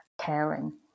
caring